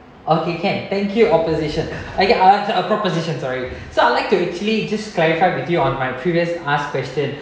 okay can thank you opposition I get asked a proposition sorry so I'd like to actually just clarify with you on my previous asked question